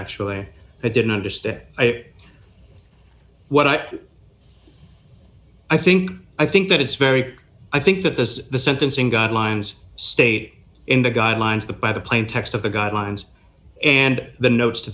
actually i didn't understand it what i i think i think that it's very i think that this is the sentencing guidelines state in the guidelines that by the plain text of the guidelines and the notes to